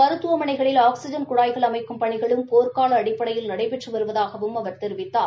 மருத்துவமனைகளில் ஆக்ஸிஜன் குழாய்கள் அமைக்கும் பணிகளும் போர்க்கால அடிப்படையில் நடைபெற்று வருவதாகவும் அவர் தெரிவித்தார்